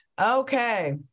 Okay